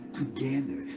together